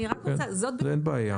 צריך להבין